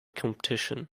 competition